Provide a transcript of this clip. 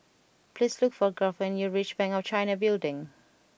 please look for Garth when you reach Bank of China Building